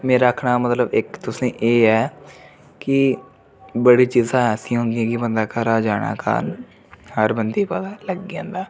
मेरे आक्खने दा मतलब इक तुसें गी एह् ऐ कि बड़ी चीज़ां ऐसियां होंदियां कि बन्दा घरा जाने कारण हर बन्दे गी पता लग्गी जन्दा